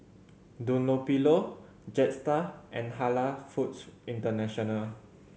Dunlopillo Jetstar and Halal Foods International